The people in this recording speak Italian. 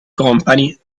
company